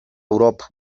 europa